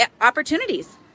opportunities